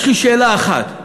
יש לי שאלה אחת: